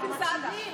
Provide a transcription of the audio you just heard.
שתדע,